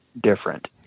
different